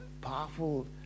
powerful